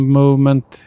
movement